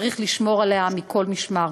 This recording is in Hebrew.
וצריך לשמור עליה מכל משמר.